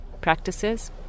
practices